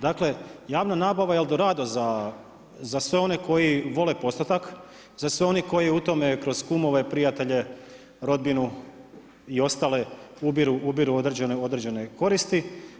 Dakle, javna nabava je El'Dorado za sve one koji vole postotak, za sve one koji u tome kroz kumove, prijatelje, rodbinu i ostale ubiru određene koristi.